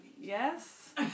yes